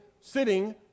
sitting